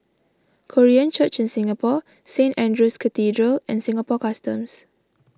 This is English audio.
Korean Church in Singapore Saint andrew's Cathedral and Singapore Customs